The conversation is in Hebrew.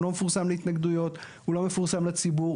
הוא לא מפורסם להתנגדויות, הוא לא מפורסם לציבור.